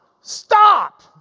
Stop